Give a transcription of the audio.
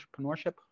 entrepreneurship